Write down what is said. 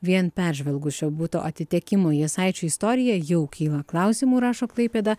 vien peržvelgus šio buto atitekimo jasaičiui istoriją jau kyla klausimų rašo klaipėda